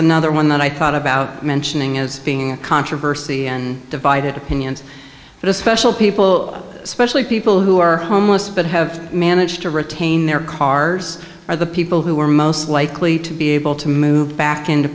another one that i thought about mentioning is being a controversy and divided opinions but a special people especially people who are homeless but have managed to retain their cars are the people who are most likely to be able to move back into